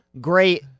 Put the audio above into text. great